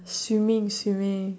swimming swimming